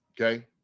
okay